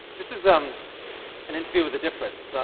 this is um an interview with a difference.